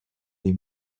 des